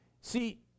See